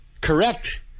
Correct